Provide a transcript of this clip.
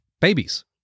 babies